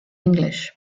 english